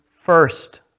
first